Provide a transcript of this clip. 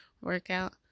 workout